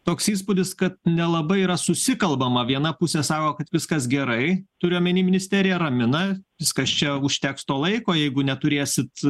toks įspūdis kad nelabai yra susikalbama viena pusė sako kad viskas gerai turiu omeny ministerija ramina viskas čia užteks to laiko jeigu neturėsit